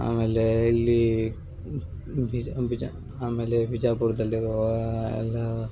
ಆಮೇಲೆ ಇಲ್ಲಿ ಬಿಜ ಬಿಜ ಆಮೇಲೆ ಬಿಜಾಪುರ್ದಲ್ಲಿರುವ